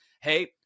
Hey